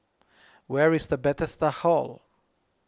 where is the Bethesda Hall